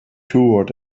toward